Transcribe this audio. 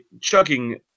chugging